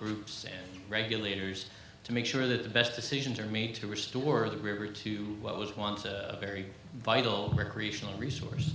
groups and regulators to make sure that the best decisions are made to restore the river to what was once a very vital recreational resource